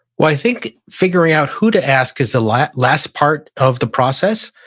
well, i think figuring out who to ask is the last last part of the process,